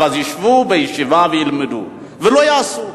אז ישבו בישיבה וילמדו ולא יעשו?